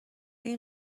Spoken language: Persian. این